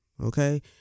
okay